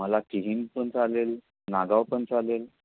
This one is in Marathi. मला किहीम पण चालेल नागाव पण चालेल